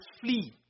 flee